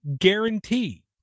guarantee